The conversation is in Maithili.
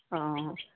हँ